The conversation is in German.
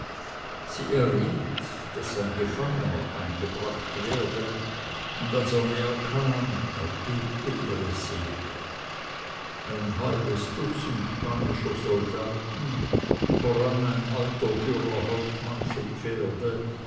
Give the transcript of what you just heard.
erriet daß ein gefangener eingebracht werde und als er näher kam erbebte ihre seele ein halbes dutzend spanischer soldaten voran ein alter dürrer hauptmann zu pferde